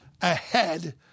ahead